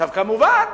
כמובן,